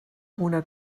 una